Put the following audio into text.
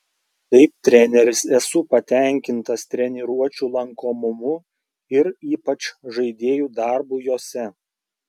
kaip treneris esu patenkintas treniruočių lankomumu ir ypač žaidėjų darbu jose